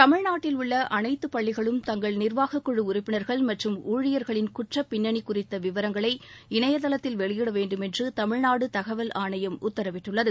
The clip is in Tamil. தமிழ்நாட்டில் உள்ள அனைத்துப் பள்ளிகளும் தங்கள் நிர்வாகக் குழு உறுப்பினர்கள் மற்றும் ஊழியர்களின் குற்றப் பின்னனி குறித்த விவரங்களை இணையதளத்தில் வெளியிட வேண்டுமென்று தமிழ்நாடு தகவல் ஆணையம் உத்தரவிட்டுள்ளது